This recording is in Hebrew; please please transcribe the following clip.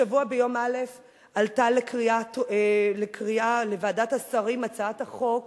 השבוע ביום א' עלתה לוועדת השרים הצעת חוק